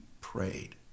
prayed